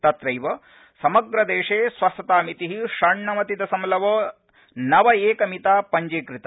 तत्रैव समग्र देशे स्वस्थतामिति षण्णवति दशमलव नव एकमिता पंजीकृता